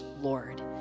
Lord